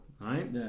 right